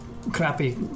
Crappy